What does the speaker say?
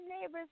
neighbors